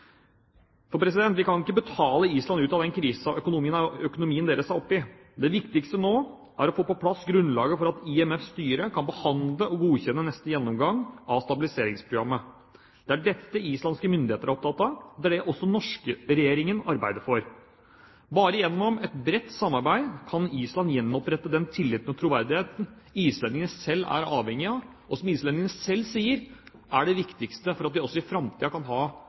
vi kan ikke betale Island ut av den krisen økonomien deres er oppe i. Det viktigste nå er å få på plass grunnlaget for at IMFs styre kan behandle og godkjenne neste gjennomgang av stabiliseringsprogrammet. Det er dette islandske myndigheter er opptatt av, og det er også dette den norske regjeringen arbeider for. Bare gjennom et bredt samarbeid kan Island gjenopprette den tilliten og troverdigheten islendingene selv er avhengig av, og som islendingene selv sier er det viktigste for at de også i framtiden kan ha